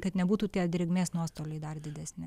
kad nebūtų tie drėgmės nuostoliai dar didesni